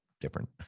different